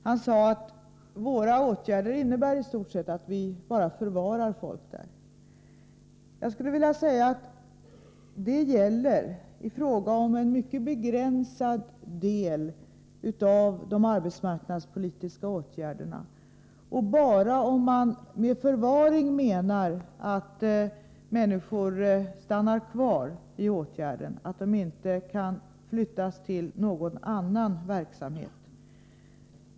Han sade nämligen att våra åtgärder i stort sett innebär att vi förvarar folk där. Jag påstår att detta gäller i fråga om en mycket begränsad del av de arbetsmarknadspolitiska åtgärderna och bara om människor stannar kvar i en viss åtgärd, dvs. inte kan flyttas till någon annan verksamhet.